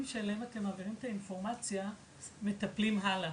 שאליהם אתם מעבירים את האינפורמציה מטפלים הלאה?